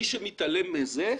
מי שמתעלם מזה,